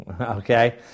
okay